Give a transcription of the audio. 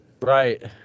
Right